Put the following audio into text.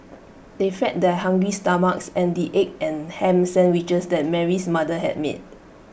they fed their hungry stomachs and the egg and Ham Sandwiches that Mary's mother had made